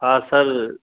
हा सर